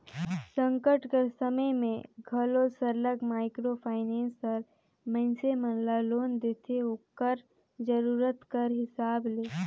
संकट कर समे में घलो सरलग माइक्रो फाइनेंस हर मइनसे मन ल लोन देथे ओकर जरूरत कर हिसाब ले